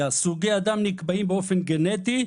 ולביולוגיה סוגי הדם נקבעים באופן גנטי,